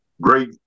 Great